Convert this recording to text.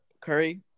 Curry